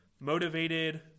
motivated